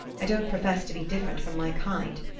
i don't profess to be different from my kind.